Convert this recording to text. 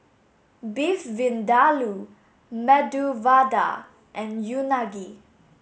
beef vindaloo medu vada and unagi